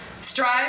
strive